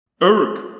Eric